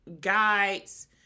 guides